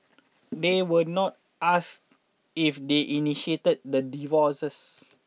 they were not ask if they initiated the divorces